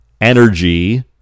energy